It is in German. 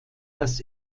dass